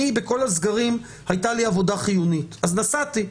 בכל הסגרים הייתה לי עבודה חיונית, אז נסעתי.